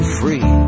free